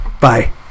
Bye